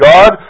God